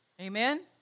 Amen